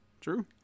true